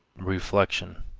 reflection,